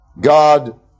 God